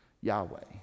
Yahweh